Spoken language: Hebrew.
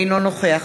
אינו נוכח